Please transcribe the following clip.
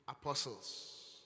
apostles